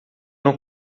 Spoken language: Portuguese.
não